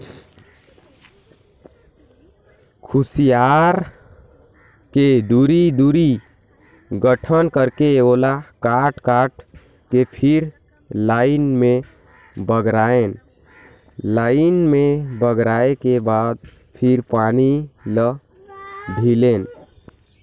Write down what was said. खुसियार के दूरी, दूरी गठन करके ओला काट काट के फिर लाइन से बगरायन लाइन में बगराय के बाद फिर पानी ल ढिलेन